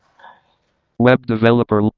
web developer.